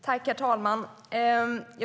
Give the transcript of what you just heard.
Herr talman!